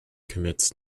commits